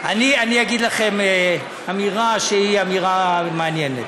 אני אגיד לכם אמירה שהיא אמירה מעניינת.